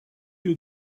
you